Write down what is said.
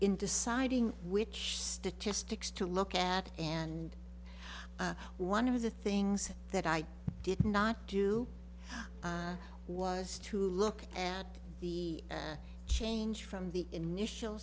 in deciding which statistics to look at and one of the things that i did not do was to look at the change from the initial